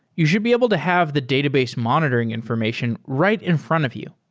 you should be able to have the database monitoring information right in front of you.